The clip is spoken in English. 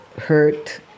hurt